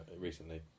recently